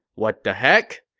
what the heck?